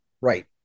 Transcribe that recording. Right